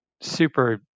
super